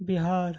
Bihar